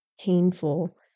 painful